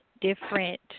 different